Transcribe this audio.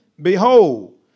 behold